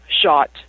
shot